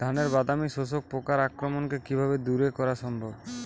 ধানের বাদামি শোষক পোকার আক্রমণকে কিভাবে দূরে করা সম্ভব?